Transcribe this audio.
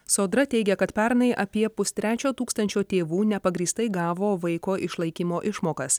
sodra teigia kad pernai apie pustrečio tūkstančio tėvų nepagrįstai gavo vaiko išlaikymo išmokas